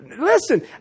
listen